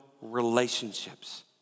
relationships